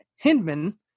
Hindman